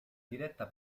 diretta